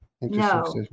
No